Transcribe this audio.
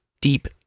deep